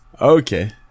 Okay